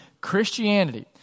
Christianity